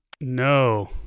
No